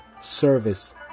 service